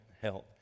Health